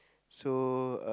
so uh